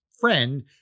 friend